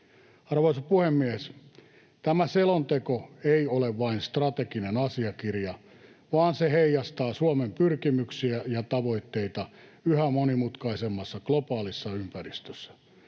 Arvoisa puhemies! Tämä selonteko ei ole vain strateginen asiakirja, vaan se heijastaa Suomen pyrkimyksiä ja tavoitteita yhä monimutkaisemmassa globaalissa ympäristössä.